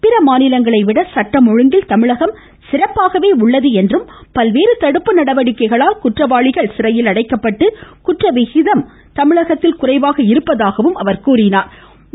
பிற மாநிலங்களை விட சட்டம் ஒழுங்கில் தமிழகம் சிறப்பாகவே உள்ளது என்றும் பல்வேறு தடுப்பு நடவடிக்கைகளால் குற்றவாளிகள் சிறையில் அடைக்கப்பட்டு குற்றவிகிதம் குறைவாக இருப்பதாகவும் எடுத்துரைத்தாா்